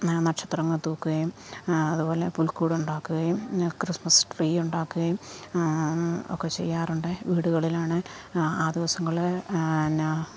നക്ഷത്രങ്ങൾ തൂക്കുകയും അതുപോലെ പുൽകൂട് ഉണ്ടാക്കുകയും ക്രിസ്മസ് ട്രീ ഉണ്ടാക്കുകയും ഒക്കെ ചെയ്യാറുണ്ട് വീടുകളിൽ ആണെങ്കിൽ ആ ദിവസങ്ങളിൽ എന്ന